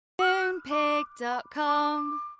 Moonpig.com